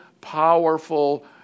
powerful